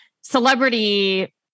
Celebrity